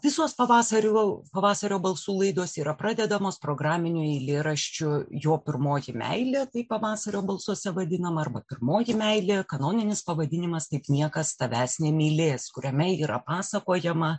visos pavasarių pavasario balsų laidos yra pradedamos programiniu eilėraščiu jo pirmoji meilė taip pavasario balsuose vadinama arba pirmoji meilė kanoninis pavadinimas taip niekas tavęs nemylės kuriame yra pasakojama